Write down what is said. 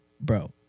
bro